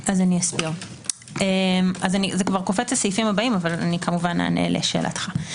זה קופץ לסעיפים הבאים אבל כמובן אענה לשאלתך.